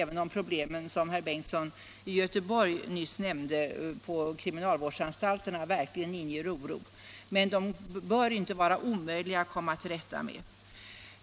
Även om, som herr Bengtsson i Göteborg nyss nämnde, problemen på kriminalvårdsanstalterna verkligen inger oro, bör de inte vara omöjliga att komma till rätta med.